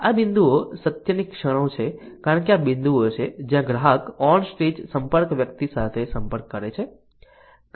આ બિંદુઓ સત્યની ક્ષણો છે કારણ કે આ બિંદુઓ છે જ્યાં ગ્રાહક ઓન સ્ટેજ સંપર્ક વ્યક્તિ સાથે સંપર્ક કરે છે